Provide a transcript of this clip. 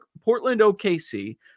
Portland-OKC